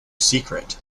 secret